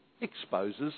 exposes